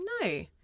No